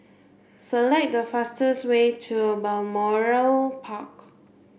select the fastest way to Balmoral Park